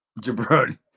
Jabroni